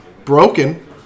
Broken